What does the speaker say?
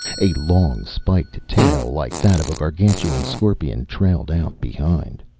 a long spiked tail, like that of a gargantuan scorpion, trailed out behind.